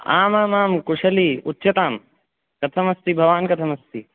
आमामां कुशली उच्यतां कथमस्ति भवान् कथमस्ति